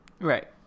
Right